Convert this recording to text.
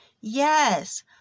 yes